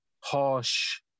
harsh